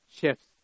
shifts